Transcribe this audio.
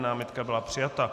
Námitka byla přijata.